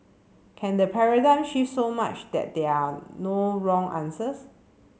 can the paradigm shift so much that there are no wrong answers